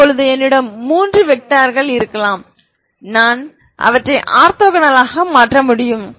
இப்போது என்னிடம் மூன்று திசையன்கள் இருக்கலாம் நான் அவற்றை ஆர்த்தோகோனலாக மாற்ற முடியும்